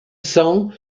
sang